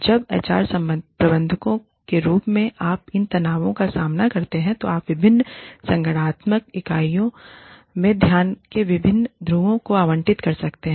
जब एचआर प्रबंधकों के रूप में आप इन तनावों का सामना करते हैं तो आप विभिन्न संगठनात्मक इकाइयों में ध्यान के विभिन्न ध्रुवों को आवंटित कर सकते हैं